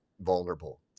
vulnerable